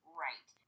right